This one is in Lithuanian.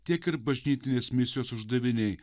tiek ir bažnytinės misijos uždaviniai